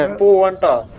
and but and